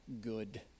good